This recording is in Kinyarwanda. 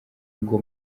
ngo